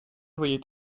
voyait